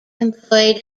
employed